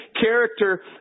character